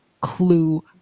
clue